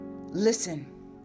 listen